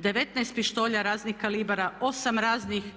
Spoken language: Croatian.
19 pištolja raznih kalibara, 8 raznih